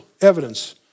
evidence